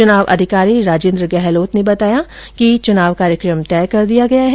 चुनाव अधिकारी राजेन्द्र गहलोत ने बताया कि चुनाव कार्यक्रम तय कर दिया गया है